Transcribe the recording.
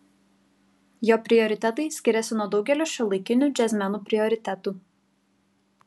jo prioritetai skiriasi nuo daugelio šiuolaikinių džiazmenų prioritetų